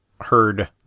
heard